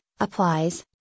applies